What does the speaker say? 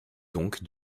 donc